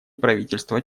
правительства